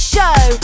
Show